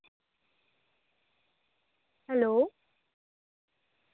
hello